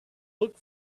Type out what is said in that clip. look